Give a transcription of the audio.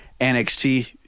NXT